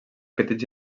petits